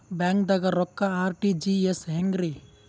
ಬ್ಯಾಂಕ್ದಾಗ ರೊಕ್ಕ ಆರ್.ಟಿ.ಜಿ.ಎಸ್ ಹೆಂಗ್ರಿ?